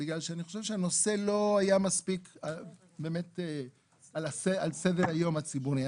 כי אני חושב שהנושא לא היה מספיק על סדר היום הציבורי.